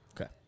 Okay